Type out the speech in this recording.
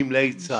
גמלאי צה"ל.